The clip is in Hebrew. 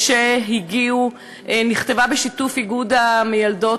והיא נכתבה בשיתוף האיגוד למיילדות